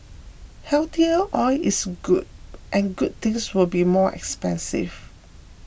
healthier oil is good and good things will be more expensive